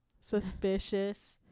suspicious